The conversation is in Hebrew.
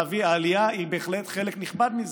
עלייה היא בהחלט חלק נכבד מזה,